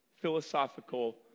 philosophical